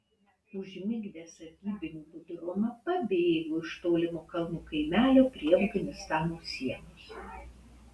užmigdęs sargybinių budrumą pabėgo iš tolimo kalnų kaimelio prie afganistano sienos